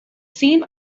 seen